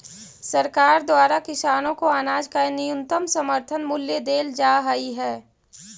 सरकार द्वारा किसानों को अनाज का न्यूनतम समर्थन मूल्य देल जा हई है